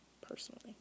personally